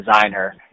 designer